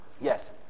yes